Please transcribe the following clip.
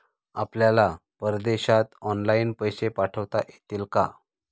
आपल्याला परदेशात ऑनलाइन पैसे पाठवता येतील का?